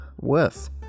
Worth